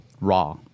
raw